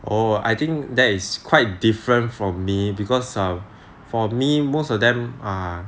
oh I think that is quite different from me because err for me most of them are